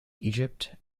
egypt